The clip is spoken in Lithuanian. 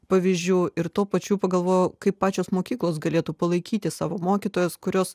pavyzdžių ir to pačių pagalvojo kaip pačios mokyklos galėtų palaikyti savo mokytojos kurios